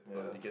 yeah